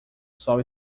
sol